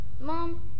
Mom